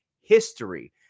History